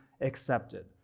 accepted